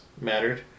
mattered